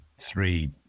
three